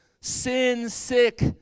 sin-sick